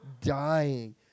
dying